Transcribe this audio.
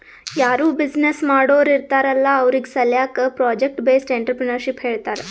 ಯಾರೂ ಬಿಸಿನ್ನೆಸ್ ಮಾಡೋರ್ ಇರ್ತಾರ್ ಅಲ್ಲಾ ಅವ್ರಿಗ್ ಸಾಲ್ಯಾಕೆ ಪ್ರೊಜೆಕ್ಟ್ ಬೇಸ್ಡ್ ಎಂಟ್ರರ್ಪ್ರಿನರ್ಶಿಪ್ ಹೇಳ್ತಾರ್